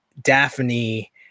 Daphne